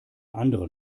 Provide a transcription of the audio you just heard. anderen